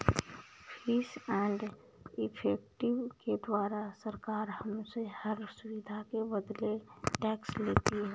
fees and effective के द्वारा सरकार हमसे हर सुविधा के बदले टैक्स लेती है